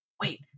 wait